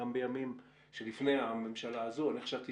גם בימים שלפני הממשלה הזו אני חשבתי